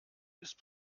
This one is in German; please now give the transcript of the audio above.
ist